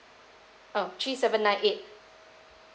oh three seven nine eight